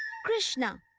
krishna!